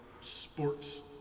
sports